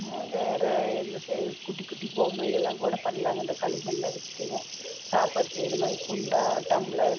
வேறு என்ன செய்கிறது குட்டி குட்டி பொம்மைகள்லாம் கூட பண்ணலாங்க இந்த களிமண்லாம் வச்சுட்டுங்க சாப்பாடு செய்கிற மாதிரி குண்டா டம்ளர்